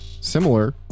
similar